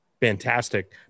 fantastic